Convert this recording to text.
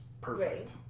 perfect